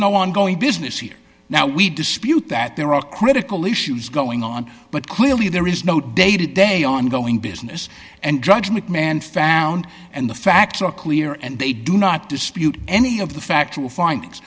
no ongoing business here now we dispute that there are critical issues going on but clearly there is no day to day ongoing business and drugs mcmahon found and the facts are clear and they do not dispute any of the fact